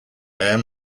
air